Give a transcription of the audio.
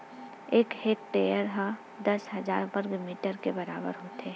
एक हेक्टेअर हा दस हजार वर्ग मीटर के बराबर होथे